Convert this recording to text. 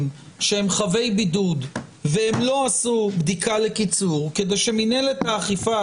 שהם חבי בידוד ולא עשו בדיקה לקיצור כדי שמנהלת האכיפה,